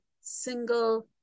single